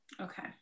Okay